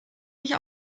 nicht